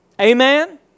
Amen